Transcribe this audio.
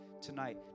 tonight